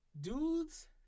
Dudes